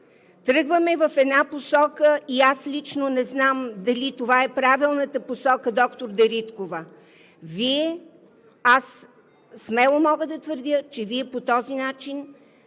Тръгваме в една посока и аз лично не знам дали това е правилната посока, доктор Дариткова. Аз смело мога да твърдя, че Вие по този начин